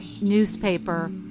newspaper